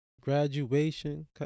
graduation